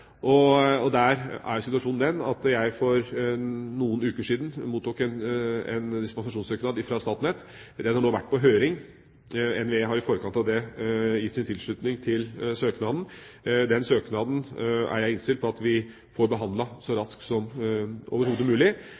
om reservekraftverk. Der er situasjonen den at jeg for noen uker siden mottok en dispensasjonssøknad fra Statnett. Den har nå vært på høring. NVE har i forkant av det gitt sin tilslutning til søknaden. Den søknaden er jeg innstilt på at vi får behandlet så raskt som overhodet mulig.